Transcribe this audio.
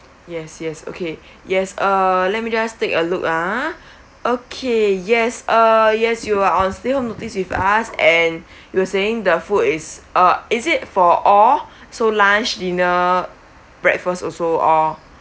yes yes okay yes uh let me just take a look ah okay yes uh yes you are on stay with us and you were saying the food is uh is it for all so lunch dinner breakfast also or